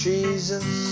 Jesus